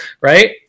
right